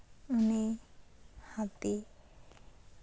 ᱩᱱᱤ ᱦᱟᱹᱛᱤ